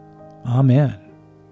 Amen